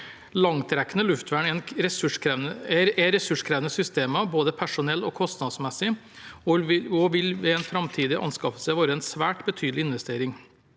Langtrekkende luftvern er ressurskrevende systemer både personell- og kostnadsmessig og vil ved en framtidig anskaffelse være en svært betydelig investering.